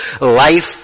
life